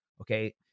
okay